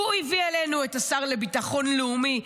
הוא הביא עלינו את השר לביטחון לאומי,